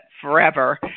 forever